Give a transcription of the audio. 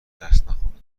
دستنخورده